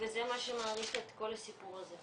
וזה מה שמאריך את כל הסיפור הזה.